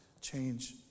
change